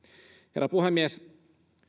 herra puhemies